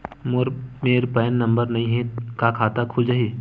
मोर मेर PAN number नई हे का खाता खुल जाही?